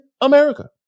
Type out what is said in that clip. America